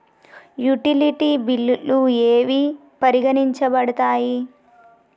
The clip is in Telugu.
యుటిలిటీ బిల్లులు ఏవి పరిగణించబడతాయి?